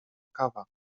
kawa